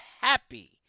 happy